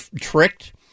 tricked